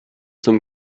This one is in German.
zum